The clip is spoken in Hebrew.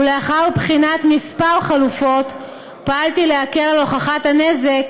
ולאחר בחינת כמה חלופות פעלתי להקל את הוכחת הנזק